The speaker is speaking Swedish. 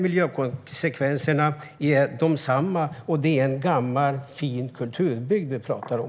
Miljökonsekvenserna är desamma, och det är en gammal fin kulturbygd vi pratar om.